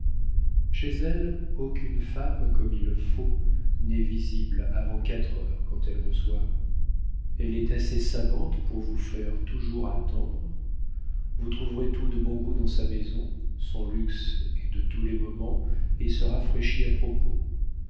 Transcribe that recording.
chez elle aucune femme comme il faut n'est visible avant quatre heures quand elle reçoit elle est assez savante pour vous faire toujours attendre vous trouverez tout de bon goût dans sa maison son luxe est de tous les moments et se rafraîchit à propos